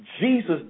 Jesus